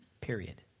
period